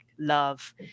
love